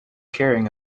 carrying